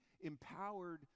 empowered